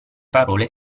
parole